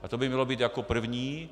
A to by mělo být jako první.